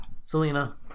Selena